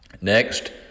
Next